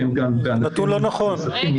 שהם גם בענפים נוספים,